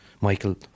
Michael